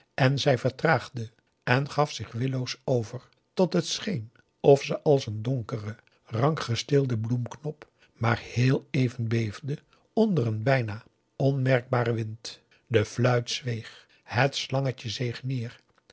en zij vertraagde en gaf zich willoos over tot het scheen of ze als een donkere rank gesteelde bloemknop maar heel even beefde onder een bijna onmerkbaren wind de fluit zweeg het slangetje zeeg neer